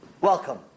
Welcome